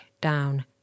down